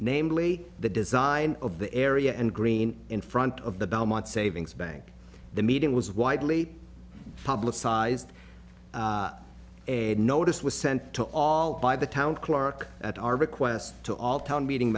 namely the design of the area and green in front of the belmont savings bank the meeting was widely publicized a notice was sent to all by the town clerk at our request to all town meeting